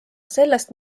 sellest